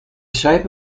shape